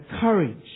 courage